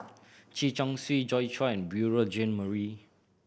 Chen Chong Swee Joi Chua Beurel Jean Marie